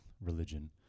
religion